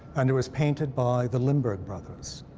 and it was painted by the limbourg brothers.